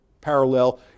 parallel